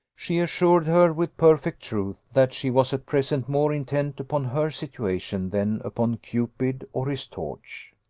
she assured her, with perfect truth, that she was at present more intent upon her situation than upon cupid or his torch.